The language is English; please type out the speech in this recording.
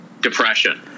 Depression